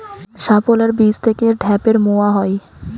শাপলার বীজ থেকে ঢ্যাপের মোয়া হয়?